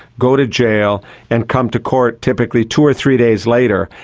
go to jail and come to court typically two or three days later,